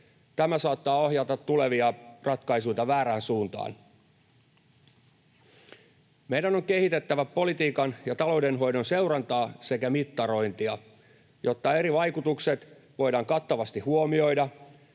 Tämä saattaa ohjata tulevia ratkaisuita väärään suuntaan. Meidän on kehitettävä politiikan ja talouden hoidon seurantaa sekä mittarointia, jotta eri vaikutukset voidaan kattavasti huomioida.